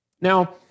Now